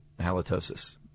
halitosis